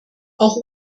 auch